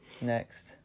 next